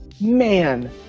Man